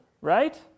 right